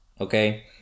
okay